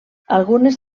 algunes